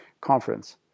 conference